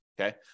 okay